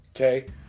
Okay